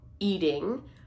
eating